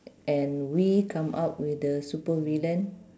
and we come up with the super villain